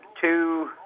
two